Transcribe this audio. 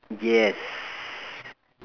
yes